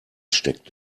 steckt